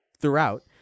throughout